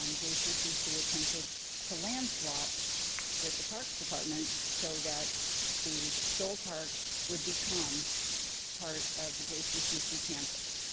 um jccc attempted to land swap with the parks department so that the stoll park would become part of the jccc campus.